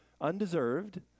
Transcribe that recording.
Undeserved